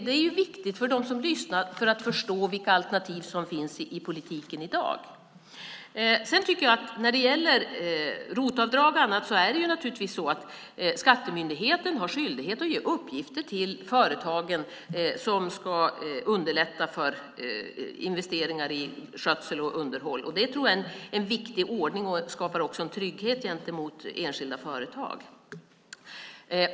Det är viktigt för dem som lyssnar att förstå vilka alternativ som finns i politiken i dag. När det gäller ROT-avdrag och annat har naturligtvis Skattemyndigheten skyldighet att ge uppgifter till företagen som ska underlätta för investeringar i skötsel och underhåll. Det tror jag är en viktig ordning som också skapar trygghet gentemot enskilda företag.